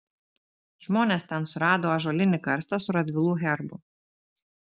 žmonės ten surado ąžuolinį karstą su radvilų herbu